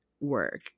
work